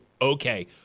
okay